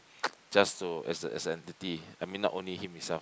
just to is a is a entity I mean not only him himself